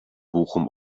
bochum